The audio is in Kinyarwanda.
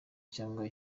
cyangwa